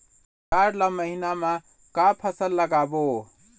जाड़ ला महीना म का फसल लगाबो?